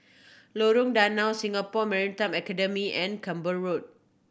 Lorong Danau Singapore Maritime Academy and Camborne Road